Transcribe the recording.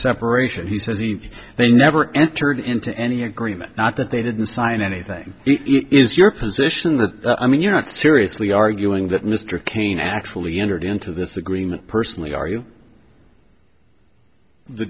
separation he says he they never entered into any agreement not that they didn't sign anything ease your position or i mean you're not seriously arguing that mr cain actually entered into this agreement personally ar